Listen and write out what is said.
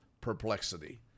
perplexity